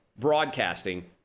broadcasting